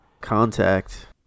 Contact